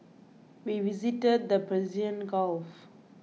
we visited the Persian Gulf